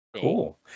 Cool